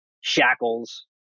shackles